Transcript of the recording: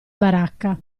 baracca